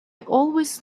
always